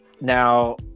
now